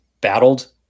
battled